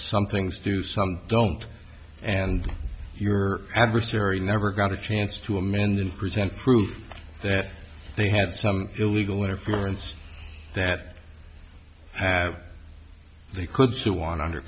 some things do some don't and your adversary never got a chance to amend and present proof that they had some illegal interference that have they could sue one under